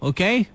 Okay